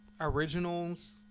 originals